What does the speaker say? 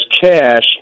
cash